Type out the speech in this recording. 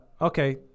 Okay